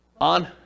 On